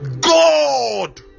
God